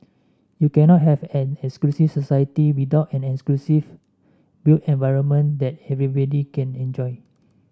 you cannot have an inclusive society without an inclusive built environment that can enjoy